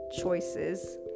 choices